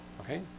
okay